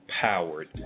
powered